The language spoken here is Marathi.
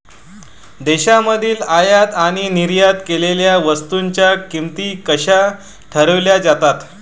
देशांमधील आयात आणि निर्यात केलेल्या वस्तूंच्या किमती कशा ठरवल्या जातात?